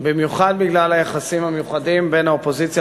במיוחד בגלל היחסים המיוחדים בין האופוזיציה